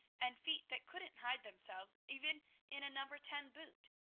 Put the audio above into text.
and feet that couldn't hide themselves even in a number ten boot.